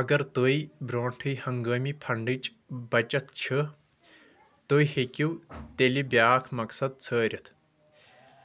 اگر تُہۍ برونٛٹھےٕ ہنگٲمی فنڈٕچ بچت چھِ تُہۍ ہیٚکِو تیٚلہِ بیاکھ مقصد ژھٲرِتھ